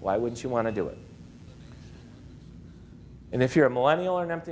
why would you want to do it and if you're a millennial or an empty